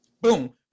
boom